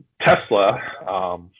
Tesla